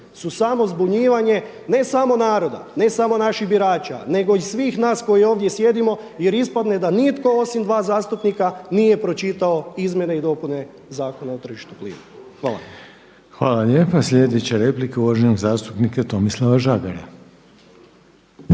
su samo zbunjivanje ne samo naroda, ne samo naših birača nego i svih nas koji ovdje sjedimo jer ispadne da nitko osim dva zastupnika nije pročitao izmjene i dopune Zakona o tržištu plina. Hvala. **Reiner, Željko (HDZ)** Hvala lijepa. Sljedeća replika uvaženog zastupnika Tomislava Žagara.